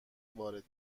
وارد